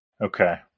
Okay